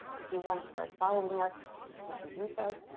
if you want to start following us you can do so.